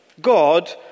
God